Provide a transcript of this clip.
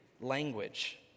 language